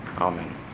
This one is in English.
Amen